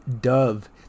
Dove